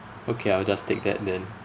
okay I'll just take that then